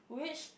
which